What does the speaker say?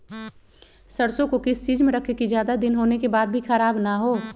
सरसो को किस चीज में रखे की ज्यादा दिन होने के बाद भी ख़राब ना हो?